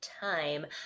time